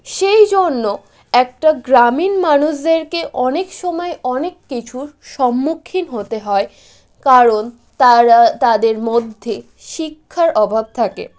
সেই জন্য একটা গ্রামীণ মানুষদেরকে অনেক সময়ে অনেক কিছুর সম্মুখীন হতে হয় কারণ তারা তাদের মধ্যে শিক্ষার অভাব থাকে